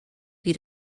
die